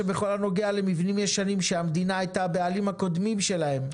בכל הנוגע למבנים ישנים שהמדינה הייתה הבעלים הקודמים שלהם,